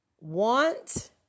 want